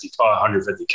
150K